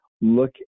look